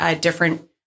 different